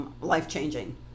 life-changing